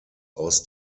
aus